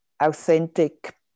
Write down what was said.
authentic